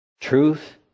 Truth